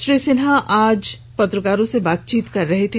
श्री सिन्हा आज पत्रकारों से बातचीत कर रहे थे